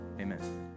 Amen